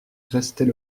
restait